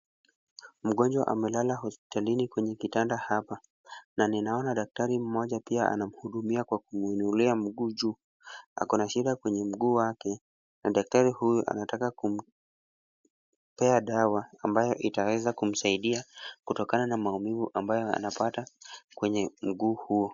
Mgonjwa amelala hospitalini kwenye kitanda hapa. Na ninaona daktari mmoja pia anamhudumia kwa kumuinulia mguu juu. Ako na shida kwenye mguu wake, na daktari huyo anataka kumpea dawa ambayo itaweza kumsaidia kutokana na maumivu ambayo anapata kwenye mguu huo.